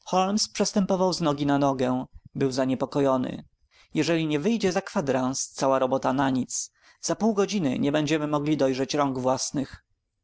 przestępował z nogi na nogę był zaniepokojony jeżeli nie wyjdzie za kwadrans cała robota na nic za pół godziny nie będziemy mogli dojrzeć rąk własnych